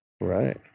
right